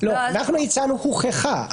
אנחנו הצענו הוכחה.